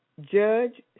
judge